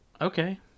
Okay